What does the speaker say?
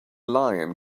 lion